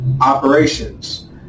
operations